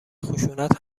خشونت